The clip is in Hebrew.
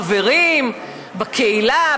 חברים בקהילה,